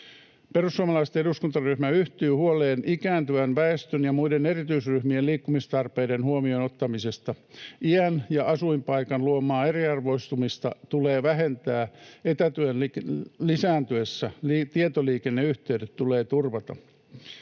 Perussuomalaisten eduskuntaryhmä yhtyy huoleen ikääntyvän väestön ja muiden erityisryhmien liikkumistarpeiden huomioon ottamisesta. Iän ja asuinpaikan luomaa eriarvoistumista tulee vähentää. Etätyön lisääntyessä tietoliikenneyhteydet tulee turvata.